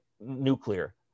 nuclear